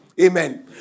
Amen